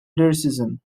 lyricism